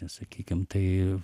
sakykim tai